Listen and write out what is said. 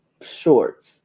shorts